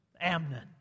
Amnon